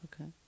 Okay